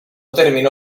terminó